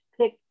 pick